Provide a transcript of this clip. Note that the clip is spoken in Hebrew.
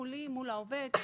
יש חוזה מולי ומול העובד.